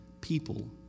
people